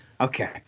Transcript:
Okay